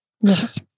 Yes